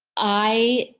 i,